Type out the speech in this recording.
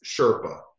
Sherpa